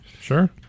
sure